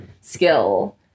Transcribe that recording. skill